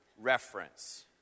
...reference